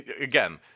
again